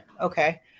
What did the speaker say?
okay